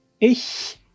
Ich